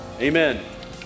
Amen